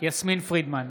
יסמין פרידמן,